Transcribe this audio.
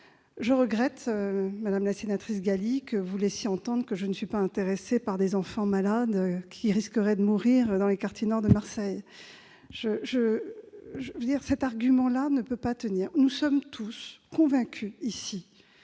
d'entre nous. Madame Ghali, je regrette que vous laissiez entendre que je ne suis pas intéressée par ces enfants malades qui risqueraient de mourir dans les quartiers nord de Marseille. Votre argument ne tient pas : nous sommes tous convaincus ici